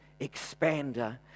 expander